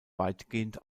weitgehend